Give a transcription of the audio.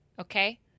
okay